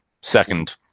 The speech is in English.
second